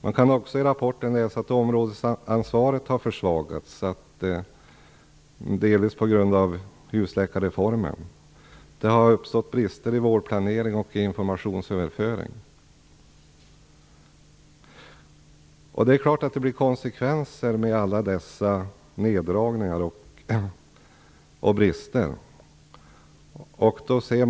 Man kan också i rapporten läsa att områdesansvaret har försvagats, delvis på grund av husläkarreformen. Det har uppstått brister i vårdplanering och informationsöverföring. Det är klart att alla dessa neddragningar och brister får konsekvenser.